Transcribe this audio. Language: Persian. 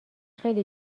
خیلی